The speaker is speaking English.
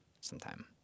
sometime